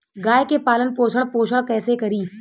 गाय के पालन पोषण पोषण कैसे करी?